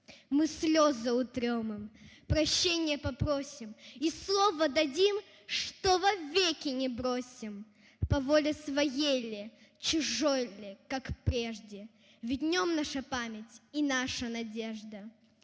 Мы слезы утрем им, прощенья попросим И слово дадим, что вовеки не бросим, По воли своей ли, чужой ли, как прежде, Ведь в нем наша память и наша надежда.